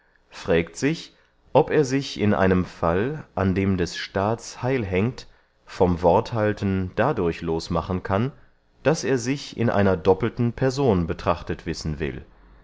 frägt sich ob er sich in einem fall an dem des staats heil hängt vom worthalten dadurch los machen kann daß er sich in einer doppelten person betrachtet wissen will